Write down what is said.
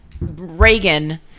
Reagan